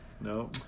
No